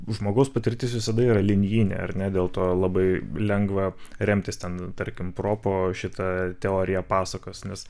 žmogaus patirtis visada yra linijinė ar ne dėl to labai lengva remtis ten tarkim propo šita teorija pasakos nes